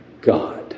God